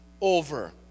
over